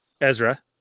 Ezra